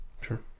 Sure